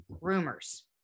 rumors